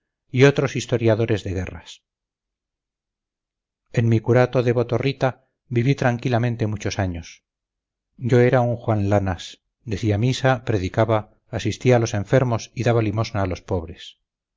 y otros historiadores de guerras en mi curato de botorrita viví tranquilamente muchos años yo era un juan lanas decía misa predicaba asistía a los enfermos y daba limosna a los pobres